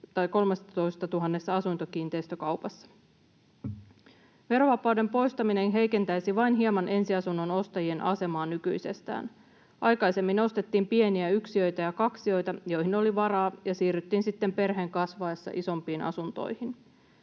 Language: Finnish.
sekä 13 000 asuntokiinteistökaupassa. Verovapauden poistaminen heikentäisi vain hieman ensiasunnon ostajien asemaa nykyisestään. Aikaisemmin ostettiin pieniä yksiöitä ja kaksioita, joihin oli varaa, ja siirryttiin sitten perheen kasvaessa isompiin asuntoihin.